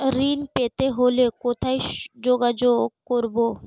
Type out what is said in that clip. ঋণ পেতে হলে কোথায় যোগাযোগ করব?